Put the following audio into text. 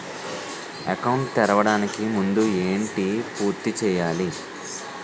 Account తెరవడానికి ముందు ఏంటి పూర్తి చేయాలి?